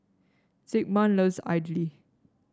Zigmund loves idly